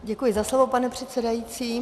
Děkuji za slovo, pane předsedající.